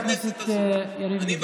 בבקשה, חבר הכנסת יריב לוין.